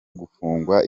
gufungwa